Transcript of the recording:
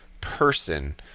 person